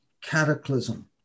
cataclysm